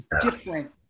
different